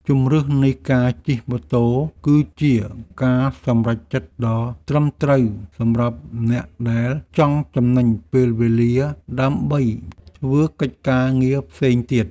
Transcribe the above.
ជម្រើសនៃការជិះម៉ូតូគឺជាការសម្រេចចិត្តដ៏ត្រឹមត្រូវសម្រាប់អ្នកដែលចង់ចំណេញពេលវេលាដើម្បីធ្វើកិច្ចការងារផ្សេងទៀត។